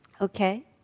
Okay